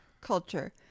culture